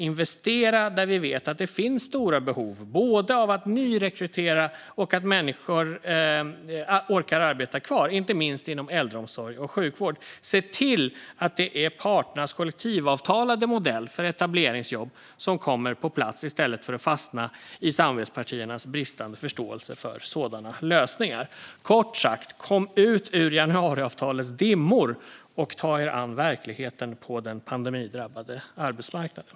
Investera där vi vet att det finns stora behov både av att nyrekrytera och att människor orkar arbeta kvar, inte minst inom äldreomsorg och sjukvård. Se till att det är parternas kollektivavtalade modell för etableringsjobb som kommer på plats i stället för att fastna i samarbetspartiernas bristande förståelse för sådana lösningar. Kort sagt: Kom ut ur januariavtalets dimmor, och ta er an verkligheten på den pandemidrabbade arbetsmarknaden.